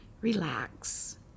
Relax